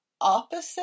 opposite